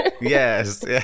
Yes